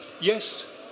Yes